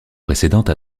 précédentes